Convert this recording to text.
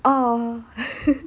oh